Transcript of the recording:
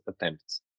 attempts